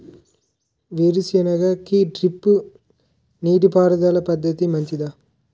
వేరుసెనగ కి డ్రిప్ నీటిపారుదల పద్ధతి మంచిదా?